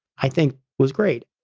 i think was great.